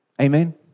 Amen